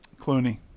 Clooney